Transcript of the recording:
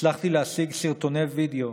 הצלחתי להשיג סרטוני וידיאו